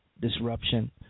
disruption